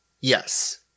Yes